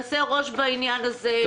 נעשה ראש בעניין הזה,